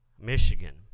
Michigan